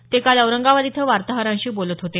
ते काल औरंगाबाद इथं वार्ताहरांशी बोलत होते